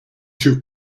two